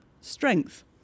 Strength